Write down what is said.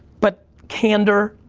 but candor,